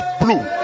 blue